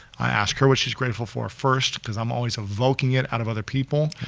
i asked her what she's grateful for first, cause i'm always evoking it out of other people,